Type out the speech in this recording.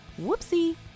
Whoopsie